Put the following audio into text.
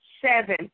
seven